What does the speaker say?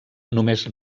només